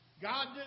God